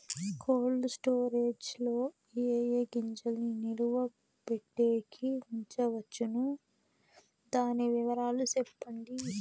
Cold storage లో ఏ ఏ గింజల్ని నిలువ పెట్టేకి ఉంచవచ్చును? దాని వివరాలు సెప్పండి?